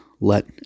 let